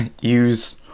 use